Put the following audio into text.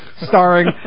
starring